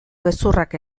gezurrak